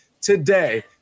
today